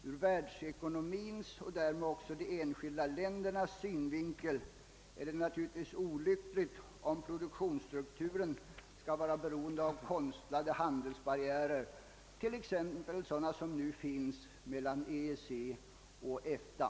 Ur världsekonomins och därmed också de enskilda ländernas synvinkel är det naturligtvis olyckligt om produktionsstrukturen skall vara beroende av konstlade handelsbarriärer, t.ex. sådana som nu finns mellan EEC och EFTA.